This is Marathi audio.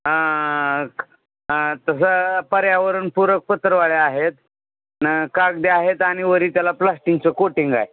ह ह तसं पर्यावरण पुरक पत्रवळ्या आहेत न कागदे आहेत आणि वर त्याला प्लास्टिंगचं कोटिंग आहे